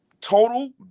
total